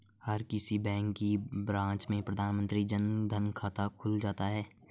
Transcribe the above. हर किसी बैंक की ब्रांच में प्रधानमंत्री जन धन खाता खुल जाता है